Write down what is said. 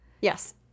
Yes